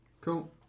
Cool